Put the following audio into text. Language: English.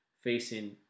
facing